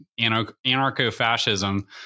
anarcho-fascism